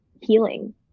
healing